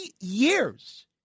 years